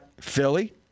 Philly